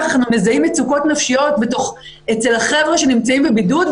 שמזהים מצוקות נפשיות אצל החבר'ה שנמצאים בבידוד,